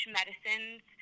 medicines